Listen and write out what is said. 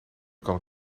kan